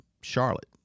Charlotte